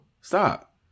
Stop